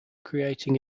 creating